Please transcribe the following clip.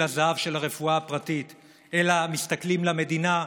הזהב של הרפואה הפרטית אלא נושאים עיניהם למדינה,